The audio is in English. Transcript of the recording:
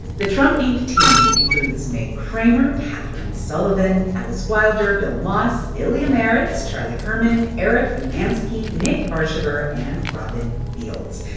the trump inc. team includes meg cramer, katherine sullivan, alice wilder, bill moss, ilya marritz, charlie herman, eric you know umansky, nick varchaver and robin fields.